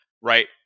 Right